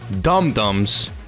dum-dums